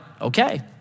okay